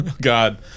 God